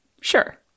Sure